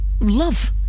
love